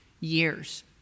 Years